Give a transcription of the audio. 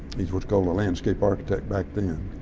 he's what's called a landscape architect back then,